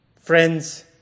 friends